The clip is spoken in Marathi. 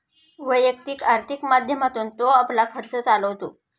वैयक्तिक आर्थिक माध्यमातून तो आपला खर्च चालवतो